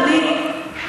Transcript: אדוני.